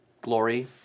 Glory